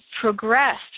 progressed